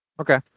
Okay